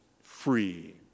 free